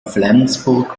flensburg